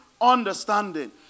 understanding